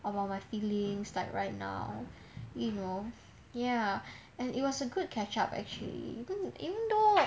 about my feelings like right now you know ya and it was a good catch up actually even even though